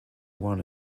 one